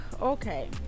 Okay